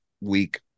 week